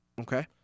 Okay